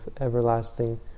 everlasting